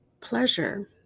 pleasure